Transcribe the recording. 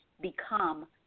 become